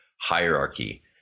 hierarchy